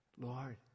Lord